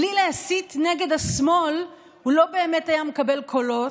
בלי להסית נגד השמאל הוא לא באמת היה מקבל קולות,